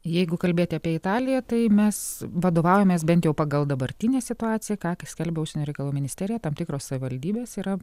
jeigu kalbėti apie italiją tai mes vadovaujamės bent jau pagal dabartinę situaciją skelbia užsienio reikalų ministerija tam tikros savivaldybės yra